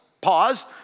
pause